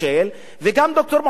וגם ד"ר מוחמד מורסי.